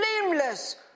blameless